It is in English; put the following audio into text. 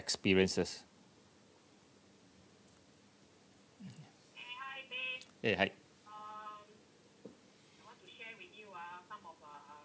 eh hi